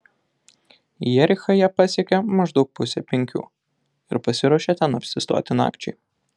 jerichą jie pasiekė maždaug pusę penkių ir pasiruošė ten apsistoti nakčiai